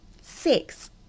Six